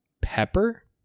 pepper